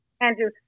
Andrew